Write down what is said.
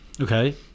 Okay